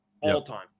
All-time